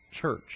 church